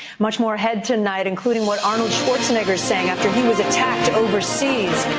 much more ahead tonight, including what arnold schwarzenegger is saying after he was attacked overseas.